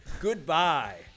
goodbye